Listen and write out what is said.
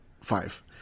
five